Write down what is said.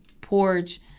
porch